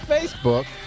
Facebook